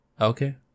Okay